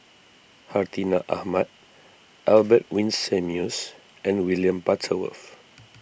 Hartinah Ahmad Albert Winsemius and William Butterworth